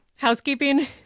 Housekeeping